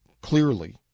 clearly